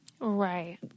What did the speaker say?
Right